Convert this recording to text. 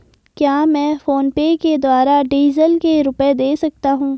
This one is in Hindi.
क्या मैं फोनपे के द्वारा डीज़ल के रुपए दे सकता हूं?